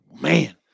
Man